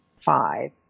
five